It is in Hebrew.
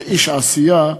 כאיש עשייה,